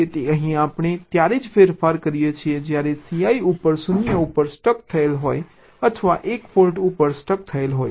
તેથી અહીં આપણે ત્યારે જ ફેરફારો કરીએ છીએ જ્યારે Cl ઉપર 0 ઉપર સ્ટક થયેલ હોય અથવા 1 ફોલ્ટ ઉપર સ્ટક થયેલ હોય